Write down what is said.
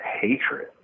hatred